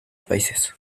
países